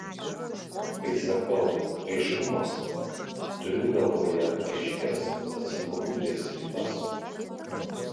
kai sakau aiškumas turiu galvoje aiškias atsakomybės ribas